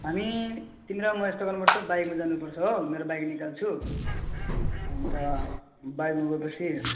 हामी तिमी र म यस्तो गर्नुपर्छ बाइकमा जानुपर्छ हो मेरो बाइक निकाल्छु अन्त बाइकमा गएपछि